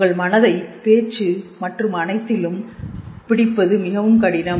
உங்கள் மனதை பேச்சு மற்றும் அனைத்திலும் பிடிப்பது மிகவும் கடினம்